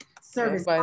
service